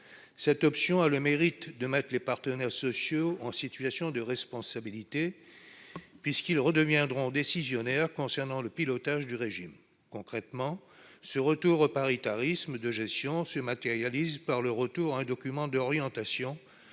cette option a le mérite de mettre les partenaires sociaux en situation de responsabilité puisqu'ils redeviendront décisionnaire concernant le pilotage du régime concrètement ce retour au paritarisme de gestion se matérialise par le retour à un document d'orientation